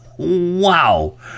Wow